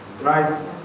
Right